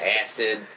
Acid